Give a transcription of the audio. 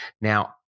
Now